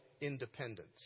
independence